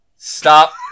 Stop